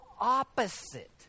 opposite